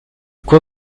quoi